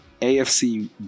AFC